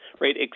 right